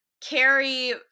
Carrie